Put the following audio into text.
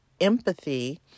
empathy